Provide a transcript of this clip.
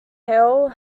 hale